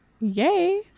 Yay